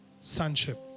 sonship